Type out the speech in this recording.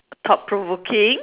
thought provoking